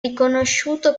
riconosciuto